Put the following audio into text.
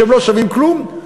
שהם לא שווים כלום,